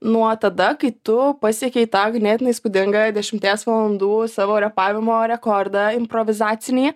nuo tada kai tu pasiekei tą ganėtinai įspūdingą dešimties valandų savo repavimo rekordą improvizacinį